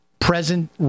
present